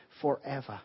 forever